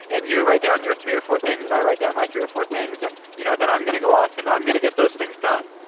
and you write down your three of four things and i write down my three or four things, and you know then i'm going to go off and i'm going to get those things done,